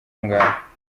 ngaha